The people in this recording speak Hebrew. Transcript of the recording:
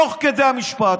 תוך כדי המשפט,